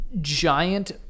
giant